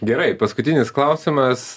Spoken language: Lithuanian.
gerai paskutinis klausimas